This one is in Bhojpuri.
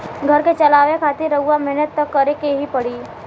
घर के चलावे खातिर रउआ मेहनत त करें के ही पड़ी